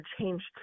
changed